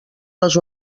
les